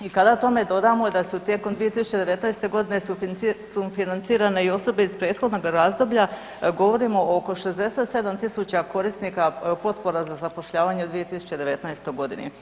I kada tome dodamo da su tijekom 2019. godine sufinancirane i osobe iz prethodnoga razdoblja govorimo oko 67000 korisnika potpora za zapošljavanje u 2019. godini.